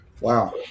Wow